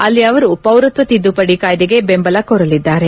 ಅಲ್ಲಿ ಅವರು ಪೌರತ್ವ ತಿದ್ದುಪಡಿ ಕಾಯ್ದೆಗೆ ಬೆಂಬಲ ಕೋರಲಿದ್ದಾರೆ